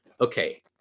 Okay